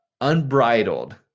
unbridled